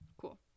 cool